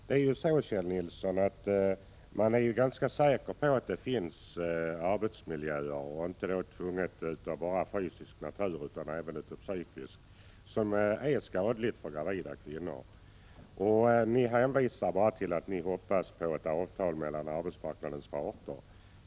Man är, Kjell Nilsson, ganska säker på att det finns arbetsmiljöer som, inte nödvändigtvis bara av fysiska utan även av psykiska skäl är skadliga för gravida kvinnor. Utskottsmajoriteten hoppas emellertid bara på ett avtal mellan arbetsmarknadens parter.